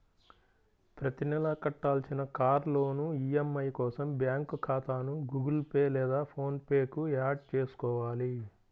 ప్రతి నెలా కట్టాల్సిన కార్ లోన్ ఈ.ఎం.ఐ కోసం బ్యాంకు ఖాతాను గుగుల్ పే లేదా ఫోన్ పే కు యాడ్ చేసుకోవాలి